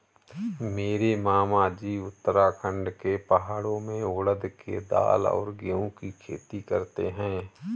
मेरे मामाजी उत्तराखंड के पहाड़ों में उड़द के दाल और गेहूं की खेती करते हैं